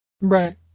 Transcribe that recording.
right